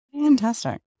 fantastic